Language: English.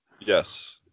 Yes